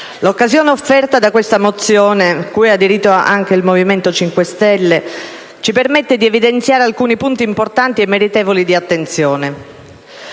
l'occasione offerta dalla mozione n. 112, a cui ha aderito anche il Movimento 5 Stelle, ci permette di evidenziare alcuni punti importanti e meritevoli di attenzione.